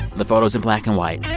the photo's in black and white.